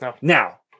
Now